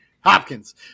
Hopkins